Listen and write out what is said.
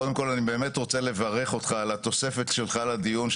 קודם כל אני באמת רוצה לברך אותך על התוספת שלך לדיון,